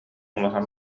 улахан